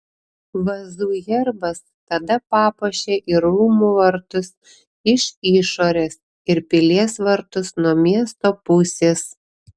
vazų herbas tada papuošė ir rūmų vartus iš išorės ir pilies vartus nuo miesto pusės